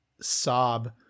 Sob